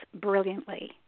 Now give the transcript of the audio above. brilliantly